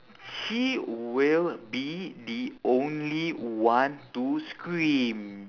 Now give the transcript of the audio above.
she will be the only one to scream